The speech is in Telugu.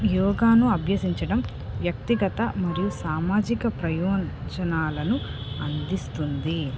యోగాను అభ్యసించడం వ్యక్తిగత మరియు సామాజిక ప్రయోజనాలను అందిస్తుంది